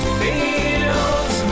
feels